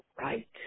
right